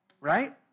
Right